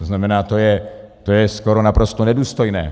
To znamená, to je skoro naprosto nedůstojné.